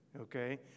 Okay